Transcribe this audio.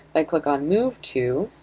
i click on move to,